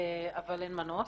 אבל אין מנוס.